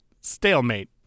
Stalemate